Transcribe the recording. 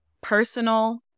personal